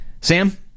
Sam